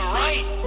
right